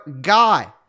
guy